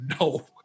no